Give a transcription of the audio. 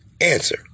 answer